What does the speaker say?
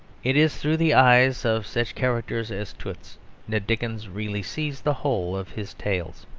it is through the eyes of such characters as toots that dickens really sees the whole of his tales.